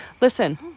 Listen